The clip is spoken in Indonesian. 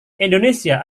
indonesia